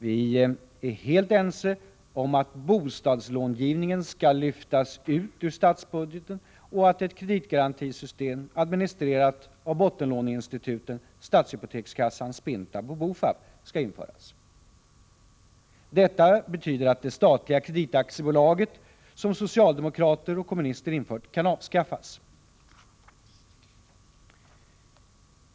Vi är helt ense om att bostadslångivningen skall lyftas ut ur statsbudgeten och att ett kreditgarantisystem, administrerat av bottenlåneinstituten — stadshypotekskassan, Spintab och BOFAB -— skall införas. Detta betyder att det statliga kreditaktiebolag som socialdemokrater och kommunister infört kan avskaffas.